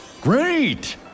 Great